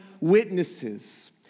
witnesses